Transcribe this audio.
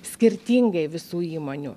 skirtingai visų įmonių